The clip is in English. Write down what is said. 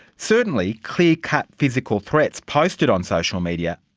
certainly clear-cut physical threats posted on social media,